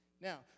Now